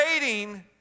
waiting